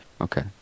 okay